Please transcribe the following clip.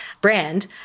brand